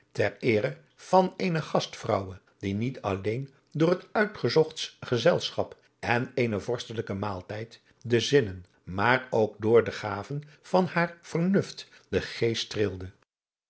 ter eere van eene gastvrouwe die niet alleen door het uitgezochtst adriaan loosjes pzn het leven van johannes wouter blommesteyn gszelschap en eenen vorstelijken maaltijd de zinnen maar ook door de gaven van haar vernust den geest